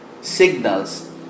signals